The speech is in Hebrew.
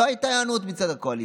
ולא הייתה היענות מצד הקואליציה.